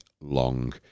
long